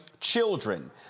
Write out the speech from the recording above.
children